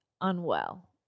unwell